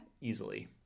Easily